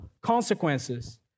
consequences